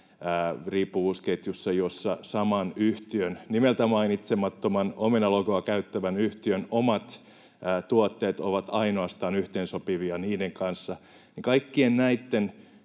riippuvuusketjussa, jossa ainoastaan saman yhtiön, nimeltä mainitsemattoman omenalogoa käyttävän yhtiön, omat tuotteet ovat yhteensopivia niiden kanssa — kaikkien näitten